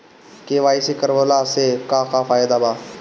KYC करवला से का का फायदा बा?